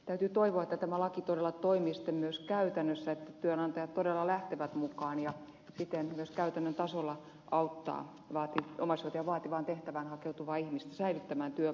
täytyy toivoa että tämä laki todella toimii sitten myös käytännössä että työnantajat todella lähtevät mukaan ja se siten myös käytännön tasolla auttaa omaishoitajan vaativaan tehtävään hakeutuvaa ihmistä säilyttämään työpaikkansa